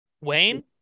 Wayne